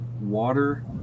water